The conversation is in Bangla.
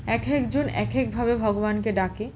এক একজন এক একভাবে ভগবানকে ডাকে